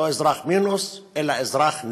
לא אזרח מינוס, אלא אזרח.